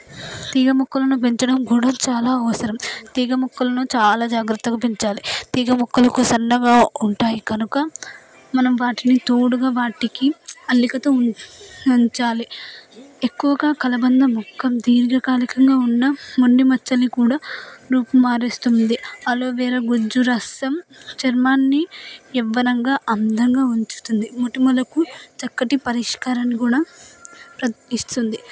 తీగ మొక్కలను పెంచడం కూడా చాలా అవసరం తీగ మొక్కలను చాలా జాగ్రత్తగా పెంచాలి తీగ మొక్కలు సన్నగా ఉంటాయి కనుక మనం వాటిని తోడుగా మనం వాటికి అల్లికతో ఉంచాలి ఎక్కువగా కలబంద మొక్క దీర్ఘకాలికంగా ఉన్న మొండి మచ్చలను కూడా రూపు మార్పిస్తుంది అలోవెరా గుజ్జు రసం చర్మాన్ని యవ్వనంగా అందంగా ఉంచుతుంది మొటిమలకు చక్కటి పరిష్కారం కూడా ఇస్తుంది